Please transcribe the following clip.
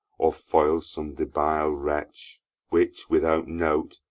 or foil'd some debile wretch which, without note,